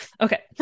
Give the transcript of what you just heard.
Okay